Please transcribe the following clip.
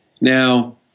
Now